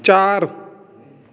ਚਾਰ